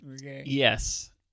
Yes